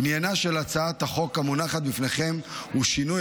עניינה של הצעת החוק המונחת בפניכם הוא שינוי